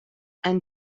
and